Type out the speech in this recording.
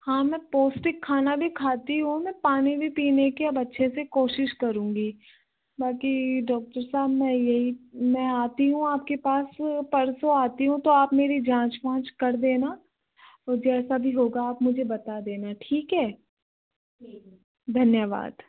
हाँ मैं पौष्टिक खाना भी खाती हूँ मैं पानी भी पीने के अब अच्छे से कोशिश करूँगी बाकी डॉक्टर साहब मैं यही मैं आती हूँ आपके पास परसों आती हूँ तो आप मेरी जाँच वांच कर देना और जैसा भी होगा आप मुझे बता देना ठीक हैं धन्यवाद